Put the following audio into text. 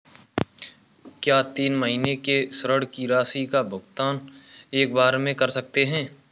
क्या तीन महीने के ऋण की राशि का भुगतान एक बार में कर सकते हैं?